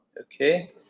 Okay